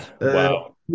Wow